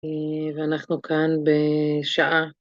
ואנחנו כאן בשעה...